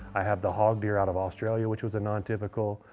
i have the hog deer out of australia which was a non typical.